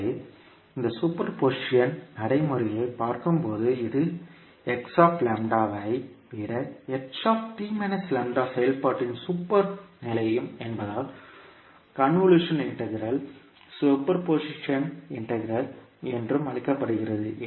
எனவே இந்த superposition நடைமுறையைப் பார்க்கும்போது இது x λ ஐ விட செயல்பாட்டின் சூப்பர் நிலையும் என்பதால் convolution integral superposition integral என்றும் அழைக்கப்படுகிறது